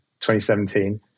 2017